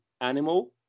animal